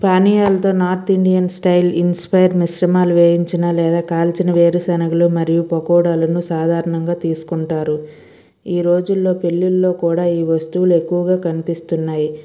పానీయాలతో north Indian style inspire మిశ్రమాలు వేయించిన లేదా కాల్చిన వేరుశనగలు మరియు పకోడాలను సాధారణంగా తీసుకుంటారు ఈ రోజుల్లో పెళ్ళిళ్ళు కూడా ఈ వస్తువులు ఎక్కువగా కనిపిస్తున్నాయి